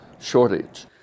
shortage